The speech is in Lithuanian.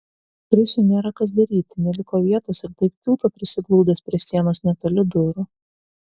krisiui nėra kas daryti neliko vietos ir taip kiūto prisiglaudęs prie sienos netoli durų